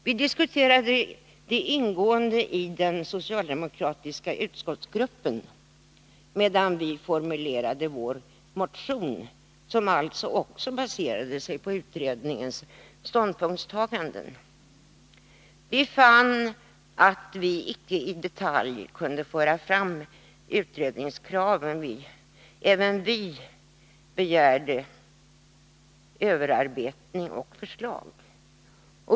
Vi diskuterade det ingående i den socialdemokratiska utskottsgruppen medan vi formulerade vår motion, som alltså också baserade sig på utredningens ståndpunktstaganden. Vi fann att vi icke i detalj kunde föra fram utredningskraven; även vi begärde överarbetning och förslag.